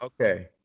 Okay